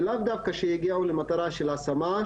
שלאו דווקא הגיעו למטרה של השמה,